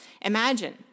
Imagine